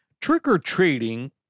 Trick-or-treating